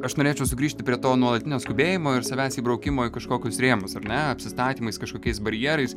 aš norėčiau sugrįžti prie to nuolatinio skubėjimo ir savęs įbraukimo į kažkokius rėmus ar ne apsistatymais kažkokiais barjerais